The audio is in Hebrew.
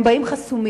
הם באים חסומים.